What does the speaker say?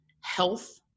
health